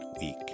week